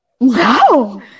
No